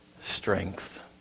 strength